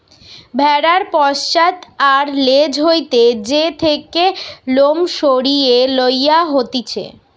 ভেড়ার পশ্চাৎ আর ল্যাজ হইতে যে থেকে লোম সরিয়ে লওয়া হতিছে